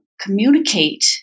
communicate